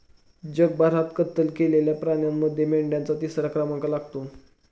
जगभरात कत्तल केलेल्या प्राण्यांमध्ये मेंढ्यांचा तिसरा क्रमांक लागतो